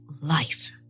life